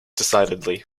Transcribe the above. decidedly